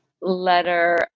letter